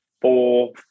four